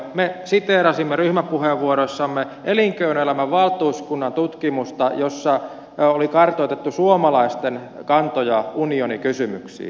me siteerasimme ryhmäpuheenvuorossamme elinkeinoelämän valtuuskunnan tutkimusta jossa oli kartoitettu suomalaisten kantoja unionikysymyksiin